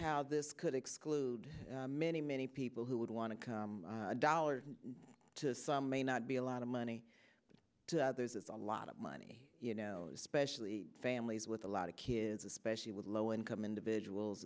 how this could exclude many many people who would want to come to some may not be a lot of money to others it's a lot of money you know especially families with a lot of kids especially with low income individuals